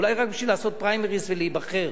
אולי רק בשביל לעשות פריימריס ולהיבחר?